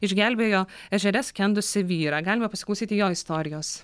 išgelbėjo ežere skendusį vyrą galima pasiklausyti jo istorijos